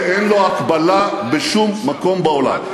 שאין לו הקבלה בשום מקום בעולם.